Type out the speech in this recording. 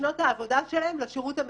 שנות העבודה שלהם לשירות הממשלה,